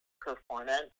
performance